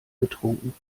getrunken